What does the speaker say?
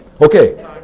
Okay